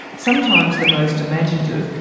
sometimes the most imaginative,